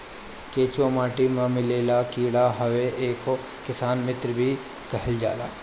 केचुआ माटी में मिलेवाला कीड़ा हवे एके किसान मित्र भी कहल जाला